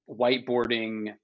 whiteboarding